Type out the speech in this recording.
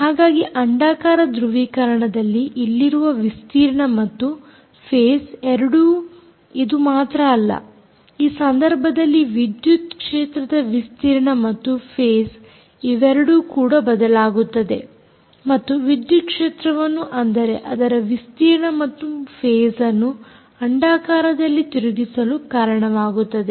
ಹಾಗಾಗಿ ಅಂಡಾಕಾರ ಧೃವೀಕರಣದಲ್ಲಿ ಇಲ್ಲಿರುವ ವಿಸ್ತೀರ್ಣ ಮತ್ತು ಫೇಸ್ ಎರಡೂ ಇದು ಮಾತ್ರ ಅಲ್ಲ ಈ ಸಂದರ್ಭದಲ್ಲಿ ವಿದ್ಯುತ್ ಕ್ಷೇತ್ರದ ವಿಸ್ತೀರ್ಣ ಮತ್ತು ಫೇಸ್ ಇವೆರಡೂ ಕೂಡ ಬದಲಾಗುತ್ತದೆ ಮತ್ತು ವಿದ್ಯುತ್ ಕ್ಷೇತ್ರವನ್ನು ಅಂದರೆ ಅದರ ವಿಸ್ತೀರ್ಣ ಮತ್ತು ಫೇಸ್ ಅನ್ನು ಅಂಡಾಕಾರದಲ್ಲಿ ತಿರುಗಿಸಲು ಕಾರಣವಾಗುತ್ತದೆ